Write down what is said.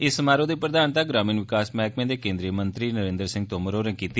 इस समारोह दी प्रधानता ग्रामीण विकास मैहकमे दे केन्द्री मंत्री नरेन्द्र सिंह तोमर होरें कीती